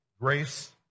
Grace